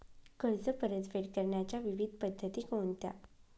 कर्ज परतफेड करण्याच्या विविध पद्धती कोणत्या?